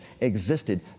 existed